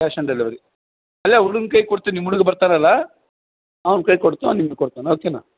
cash on delivery ಅಲ್ಲೆ ಹುಡ್ಗುನ ಕೈಗೆ ಕೊಡ್ತಿನಿ ನಿಮ್ಮ ಹುಡ್ಗ ಬರ್ತಾರಲ್ಲಾ ಅವ್ನ ಕೈಲಿ ಕೊಡ್ತೋ ಅವ್ನು ನಿಮ್ಗೆ ಕೊಡ್ತಾ ಓಕೆನ